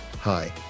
Hi